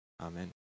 Amen